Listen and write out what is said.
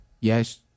Yes